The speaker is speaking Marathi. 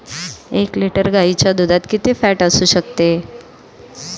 एक लिटर गाईच्या दुधात किती फॅट असू शकते?